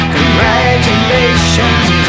Congratulations